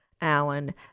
Alan